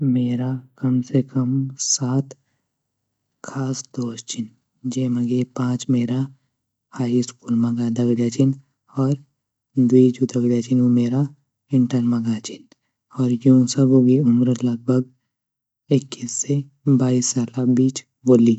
मेरा कम से कम सात ख़ास दोस्त छीन जेमा गे पाँच मेरा हाई स्कूल म गा दगड़िया छीन और द्वि जू दाग़दिया छीन ऊ मेरा इंटर मगा छीन और यूँ सभु गी उम्र लगभग ऐक्किस से बाईस साल आ बीच वोली।